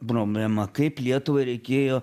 problema kaip lietuvai reikėjo